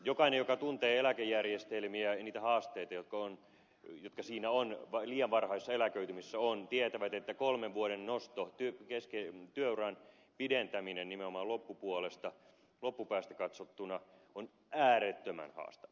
jokainen joka tuntee eläkejärjestelmiä ja niitä haasteita joita liian varhaisessa eläköitymisessä on tietävät että kolmen vuoden työuran pidentäminen nimenomaan loppupäästä katsottuna on äärettömän haastava